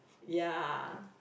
ya